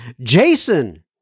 Jason